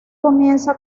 comienza